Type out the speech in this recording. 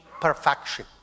perfection